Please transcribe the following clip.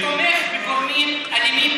אתה מצביע על חבר כנסת אחד שתומך בגורמים אלימים,